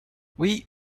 oui